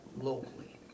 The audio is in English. locally